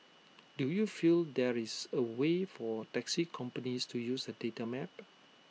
do you feel there is A way for taxi companies to use that data map